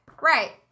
Right